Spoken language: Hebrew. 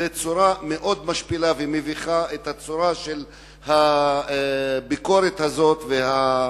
הצורה של הביקורת הזאת מאוד מביכה ומשפילה,